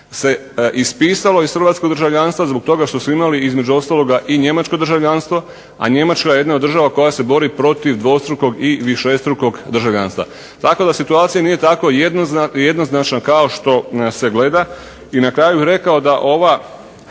se ispisalo iz hrvatskog državljanstva zbog toga što su imali između ostaloga i njemačko državljanstvo, a Njemačka je jedna od država koja se bori protiv dvostrukog i višestrukog državljanstva. Tako da situacija nije tako jednoznačna kao što se gleda. I na kraju bih rekao da ova